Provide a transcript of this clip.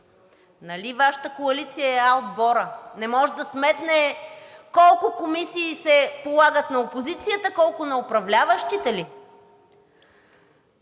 Нали Вашата коалиция е А отборът? Не може да сметне колко комисии се полагат на опозицията, колко на управляващите ли?